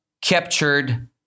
captured